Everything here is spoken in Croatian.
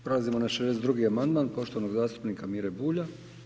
Prelazimo na 62. amandman poštovanog zastupnika Mire Bulja.